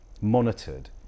monitored